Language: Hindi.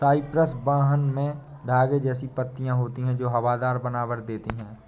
साइप्रस वाइन में धागे जैसी पत्तियां होती हैं जो हवादार बनावट देती हैं